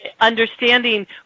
understanding